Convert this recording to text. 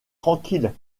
tranquille